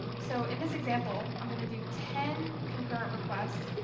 so in this example, i'm going to do ten concurrent requests,